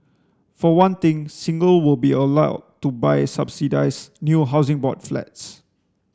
for one thing single will be allowed to buy subsidised new Housing Board flats